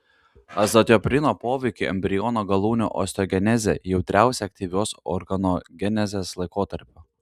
azatioprino poveikiui embriono galūnių osteogenezė jautriausia aktyvios organogenezės laikotarpiu